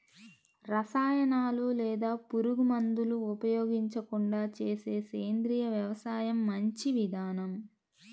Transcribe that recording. రసాయనాలు లేదా పురుగుమందులు ఉపయోగించకుండా చేసే సేంద్రియ వ్యవసాయం మంచి విధానం